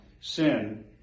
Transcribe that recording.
sin